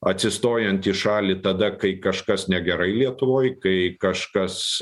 atsistojant į šalį tada kai kažkas negerai lietuvoj kai kažkas